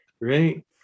right